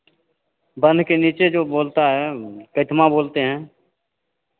बान्ह के नीचे जो बोलता है तेटमा बोलते हैं